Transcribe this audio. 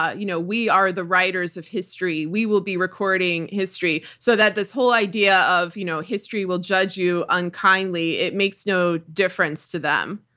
ah you know we are the writers of history. we will be recording history? so that this whole idea of you know history will judge you unkindly, it makes no difference to them.